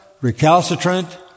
recalcitrant